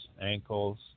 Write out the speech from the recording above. ankles